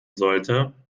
sollte